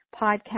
podcast